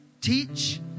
teach